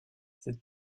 cette